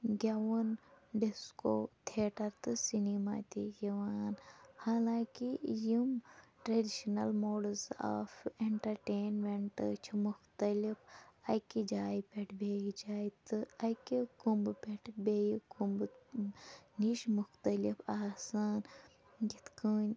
گیٚوُن disco theatre تہٕ cinema تہِ یِوان حالانٛکہِ یِم ٹرٛیڈِشنَل موڈٕز آف ایٚنٹَرٹینمیٚنٛٹ چھِ مختلف اَکہِ جایہِ پٮ۪ٹھ بیٚیِس جایہِ تہٕ اَکہِ کُنٛبہٕ پٮ۪ٹھ بیٚیہِ کُنٛبہٕ نِش مختلف آسان یِتھ کٔنۍ